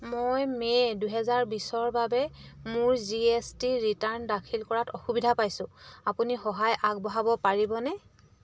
মই মে' দুহেজাৰ বিছৰ বাবে মোৰ জি এছ টি ৰিটাৰ্ণ দাখিল কৰাত অসুবিধা পাইছোঁ আপুনি সহায় আগবঢ়াব পাৰিবনে